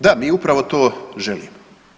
Da mi upravo to želimo.